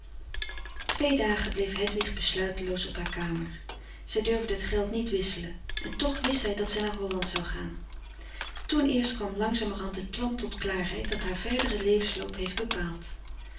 twee dagen bleef hedwig besluiteloos op haar kamer zij durfde het geld niet wisselen en toch wist zij dat zij naar holland zou gaan toen eerst kwam langzamerhand het plan tot klaarheid dat haar verderen levensloop heeft bepaald